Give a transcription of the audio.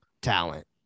talent